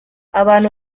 abantu